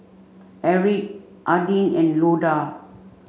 Erik Adin and Loda